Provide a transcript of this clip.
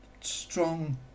strong